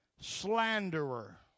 Slanderer